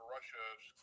Russia's